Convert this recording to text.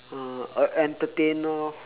uh a entertainer lor